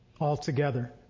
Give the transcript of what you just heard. altogether